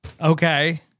Okay